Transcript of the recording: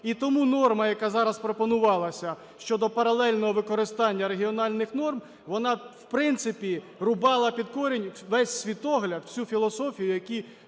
І тому норма, яка зараз пропонувалася щодо паралельного використання регіональних норм, вона в принципі рубала під корінь весь світогляд, всю філософію, які